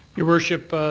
your worship,